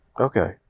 Okay